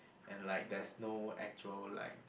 and like there's no actual like